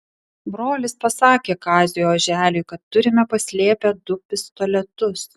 brolis pasakė kaziui oželiui kad turime paslėpę du pistoletus